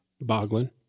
Boglin